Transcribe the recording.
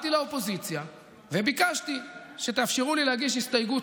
באתי לאופוזיציה וביקשתי שתאפשרו לי להגיש הסתייגות